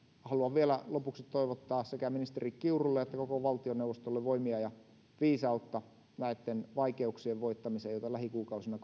haluan vielä lopuksi toivottaa sekä ministeri kiurulle että koko valtioneuvostolle voimia ja viisautta näitten vaikeuksien voittamiseen joita lähikuukausina